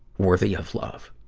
worthy of love,